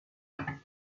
room